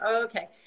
Okay